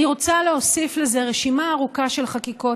אני רוצה להוסיף לזה רשימה ארוכה של חקיקות,